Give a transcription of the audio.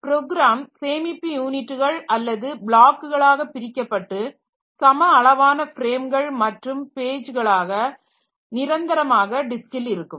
program சேமிப்பு யூனிட்டுகள் அல்லது பிளாக்குகளாக பிரிக்கப்பட்டு சம அளவான ஃப்ரேம்கள் மற்றும் பேஜ்களாக நிரந்தரமாக டிஸ்க்கில் இருக்கும்